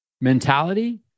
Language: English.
mentality